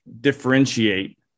differentiate